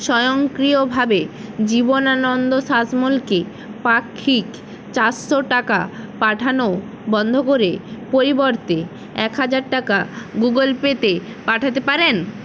স্বয়ংক্রিয়ভাবে জীবনানন্দ শাসমলকে পাক্ষিক চারশো টাকা পাঠানো বন্ধ করে পরিবর্তে এক হাজার টাকা গুগল পেতে পাঠাতে পারেন